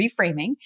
reframing